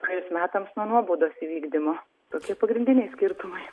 praėjus metams nuo nuobaudos įvykdymo tokie pagrindiniai skirtumai